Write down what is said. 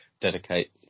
dedicate